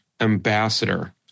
ambassador